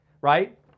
right